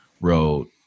wrote